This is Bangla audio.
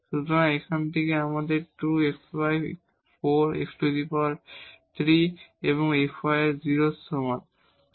সুতরাং এখান থেকে আমাদের এই 2 xy 4 x3 এবং fy 0 এর সমান হবে